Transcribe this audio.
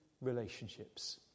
relationships